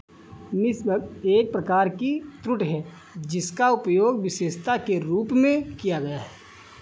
मिसबग एक प्रकार की त्रुटि है जिसका उपयोग विशेषता के रूप में किया गया है